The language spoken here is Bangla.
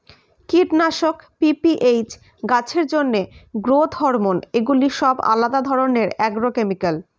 কীটনাশক, পি.পি.এইচ, গাছের জন্য গ্রোথ হরমোন এগুলি সব আলাদা ধরণের অ্যাগ্রোকেমিক্যাল